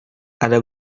ada